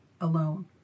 alone